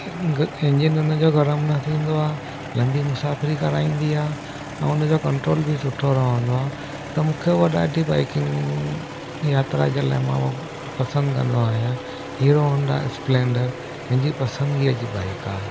engine हुन जो गर्म न थींदो आहे लंबी मुसाफ़िरी कराईंदी आहे ऐं हुन जो कंट्रोल बि सुठो रहंदो आहे त मूंखे उहा ॾाढी बाइकिंग यात्रा जे लाइ मां उहा पसंदि कंदो आहियां हीरो होंडा स्प्लैंडर मुंहिंजी पसंदिगीअ जी बाइक आहे